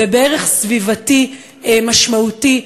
ובערך סביבתי משמעותי,